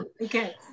Okay